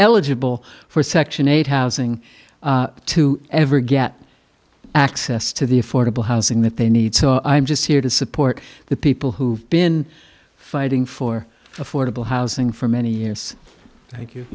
eligible for section eight housing to ever get access to the affordable housing that they need so i'm just here to support the people who've been fighting for affordable housing for many years